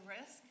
risk